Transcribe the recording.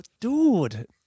dude